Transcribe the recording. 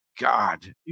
God